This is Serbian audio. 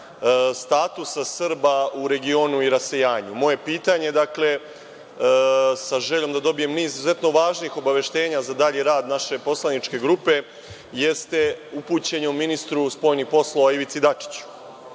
statusa Srba u regioni i rasejanju. Moje pitanje sa željom da dobijem niz izuzetno važnih obaveštenja za dalji rad naše poslaničke grupe jeste upućeno ministru spoljnih poslova Ivici Dačiću. Dakle,